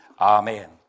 amen